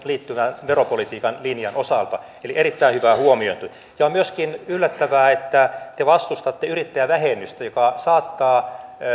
oleellisesti liittyvän veropolitiikan linjan osalta eli erittäin hyvä huomiointi ja on myöskin yllättävää että te vastustatte yrittäjävähennystä joka saattaa